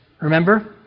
Remember